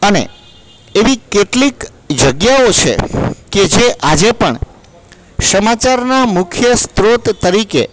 અને એવી કેટલીક જગ્યાઓ છે કે જે આજે પણ સમાચારના મુખ્ય સ્ત્રોત તરીકે